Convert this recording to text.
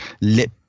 lip